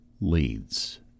leads